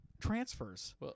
transfers